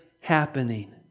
happening